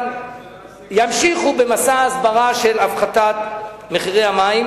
אבל ימשיכו במסע הסברה של הפחתת מחירי המים.